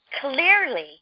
clearly